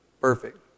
perfect